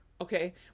Okay